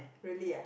really ah